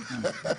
קצת?